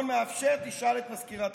לא, אתה לא תגיד לי, אתה לא צנזור.